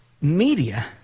media